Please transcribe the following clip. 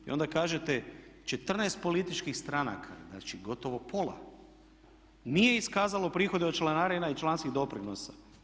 I onda kažete 14 političkih stranaka znači gotovo pola nije iskazalo prihode od članarina i članskih doprinosa.